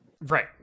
Right